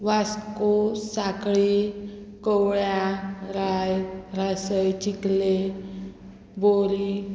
वास्को सांकळी कवळ्या राय रासय चिकले बोरी